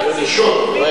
קשות.